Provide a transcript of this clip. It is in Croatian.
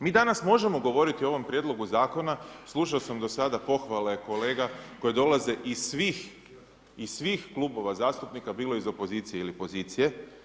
Mi danas možemo govoriti o ovome Prijedlogu Zakona, slušao sam do sada pohvale kolega koje dolaze iz svih klubova zastupnika, bilo iz opozicije ili pozicije.